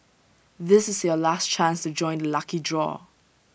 this is your last chance to join the lucky draw